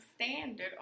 standard